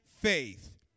faith